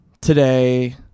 today